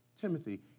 Timothy